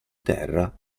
terra